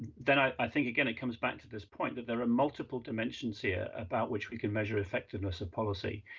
then i think, again, it comes back to this point, that there are multiple dimensions here about which we can measure effectiveness of policy.